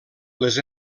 les